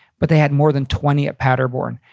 but they had more than twenty at paderborn.